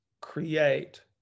create